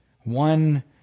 one